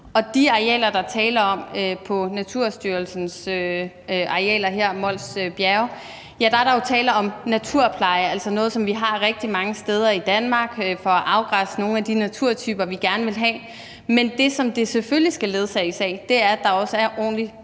Og i forhold til Naturstyrelsens arealer, Mols Bjerge, er der jo her tale om naturpleje, altså noget, som vi har rigtig mange steder i Danmark for at afgræsse nogle af de naturtyper, vi gerne vil have. Men det, som det selvfølgelig skal ledsages af, er, at der også er ordentlig